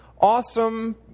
awesome